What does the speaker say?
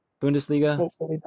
bundesliga